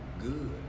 good